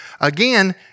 Again